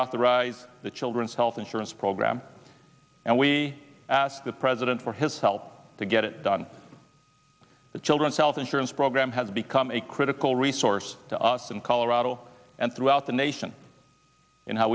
reauthorize the children's health insurance program and we asked the president for his help to get it done the children's health insurance program has become a critical resource to us in colorado and throughout the nation in how